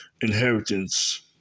inheritance